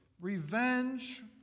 revenge